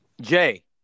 Jay